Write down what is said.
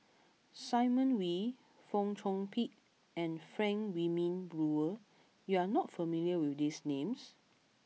Simon Wee Fong Chong Pik and Frank Wilmin Brewer you are not familiar with these names